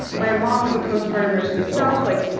my mom was a postpartum nurse, herself. like,